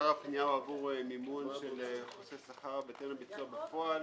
עיקר הפנייה היא עבור מימון של שכר בהתאם לביצוע בפועל.